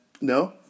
No